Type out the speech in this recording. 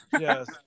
Yes